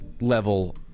level